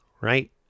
right